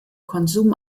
konsum